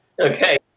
okay